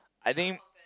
I think